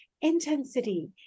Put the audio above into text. intensity